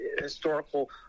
historical